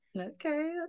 Okay